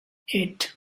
eight